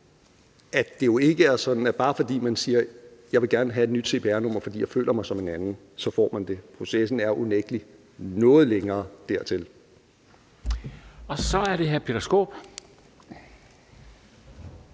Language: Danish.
at det jo ikke er sådan, at bare fordi man siger, at man gerne vil have et nyt cpr-nummer, fordi man føler sig som en anden, så får man det. Processen derhen er unægtelig noget længere. Kl. 19:08 Formanden